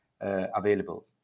available